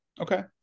Okay